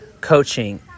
coaching